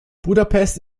budapest